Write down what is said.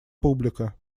публика